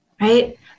Right